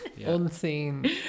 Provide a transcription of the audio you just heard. unseen